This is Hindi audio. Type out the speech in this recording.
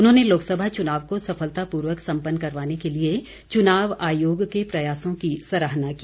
उन्होंने लोकसभा चुनाव को सफलतापूर्वक संपन्न करवाने के लिए चुनाव आयोग के प्रयासों की सराहना की